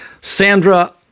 Sandra